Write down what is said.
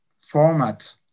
format